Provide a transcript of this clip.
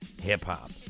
hip-hop